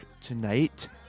tonight